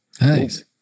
Nice